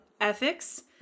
ethics